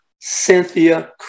Cynthia